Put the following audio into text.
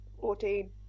Fourteen